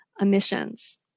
emissions